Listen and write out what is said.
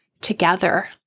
together